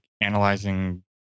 analyzing